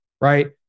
right